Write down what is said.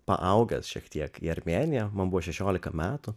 paaugęs šiek tiek į armėniją man buvo šešiolika metų